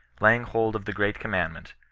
laying hold of the great commandment,